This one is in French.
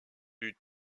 vue